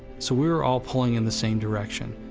so we were all pulling in the same direction.